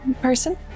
person